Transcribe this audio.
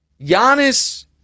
Giannis